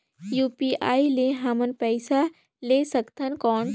UPI ले हमन पइसा ले सकथन कौन?